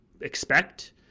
expect